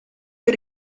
per